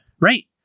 Right